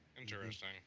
Interesting